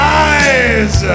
eyes